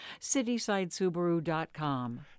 CitysideSubaru.com